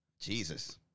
Jesus